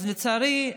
אז, לצערי,